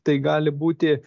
tai gali būti